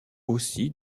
aussi